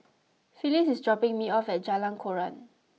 Phyliss is dropping me off at Jalan Koran